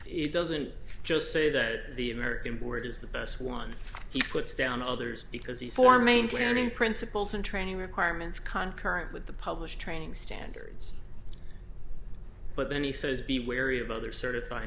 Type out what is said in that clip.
it doesn't just say that the american board is the best one he puts down others because he's for maintaining principles and training requirements kankar and with the published training standards but then he says be wary of other certifying